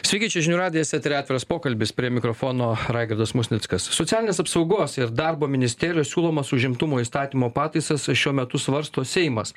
sveiki čia žinių radijas eteryje atviras pokalbis prie mikrofono raigardas musnickas socialinės apsaugos ir darbo ministerijos siūlomas užimtumo įstatymo pataisas šiuo metu svarsto seimas